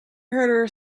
her